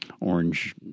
orange